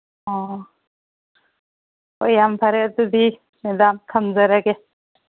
ꯑꯣ ꯍꯣꯏ ꯌꯥꯝ ꯐꯔꯦ ꯑꯗꯨꯗꯤ ꯃꯦꯗꯥꯝ ꯊꯝꯖꯔꯒꯦ